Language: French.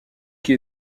qui